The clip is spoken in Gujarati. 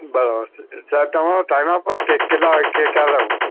બરાબર છે સાહેબ તમારો ટાઈમ આપો કે કેટલા વાગ્યે ક્યારે આવું